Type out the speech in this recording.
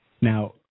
Now